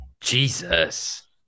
Jesus